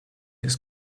ist